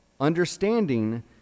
understanding